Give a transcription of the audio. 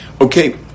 okay